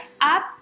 up